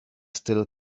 still